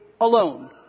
alone